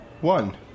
one